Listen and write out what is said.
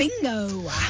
bingo